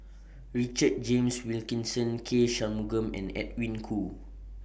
Richard James Wilkinson K Shanmugam and Edwin Koo